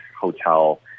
Hotel